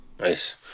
Nice